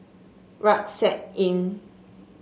Rucksack Inn